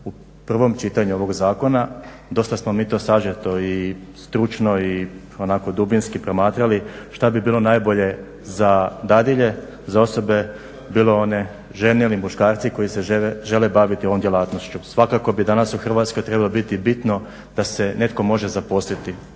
U prvom čitanju ovog zakona dosta smo mi to sažeto i stručno i onako dubinski promatrali šta bi bilo najbolje za dadilje za osobe bilo one žene ili muškarci koji se žele baviti ovom djelatnošću. Svakako bi danas u Hrvatskoj trebalo biti bitno da se netko može zaposliti.